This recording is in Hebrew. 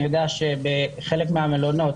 אני יודע שבחלק מהמלונות